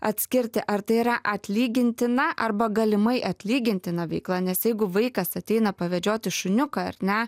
atskirti ar tai yra atlygintina arba galimai atlygintina veikla nes jeigu vaikas ateina pavedžioti šuniuką ar ne